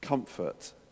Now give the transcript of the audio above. Comfort